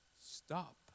stop